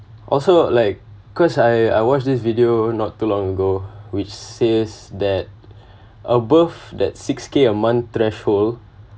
also like cause I I watch this video not too long ago which says that above that six K a month threshold